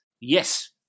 Yes